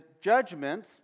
judgment